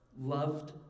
Loved